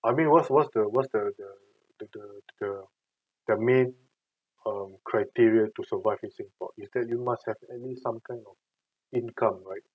I mean what's what's the what's the the the the the the probably um criteria to survive in singapore is that you must have some kind of income right